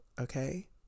okay